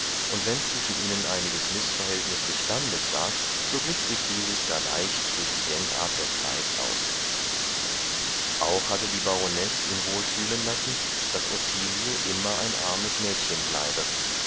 und wenn zwischen ihnen einiges mißverhältnis des standes war so glich sich dieses gar leicht durch die denkart der zeit aus auch hatte die baronesse ihn wohl fühlen lassen daß ottilie immer ein armes mädchen bleibe